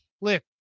Look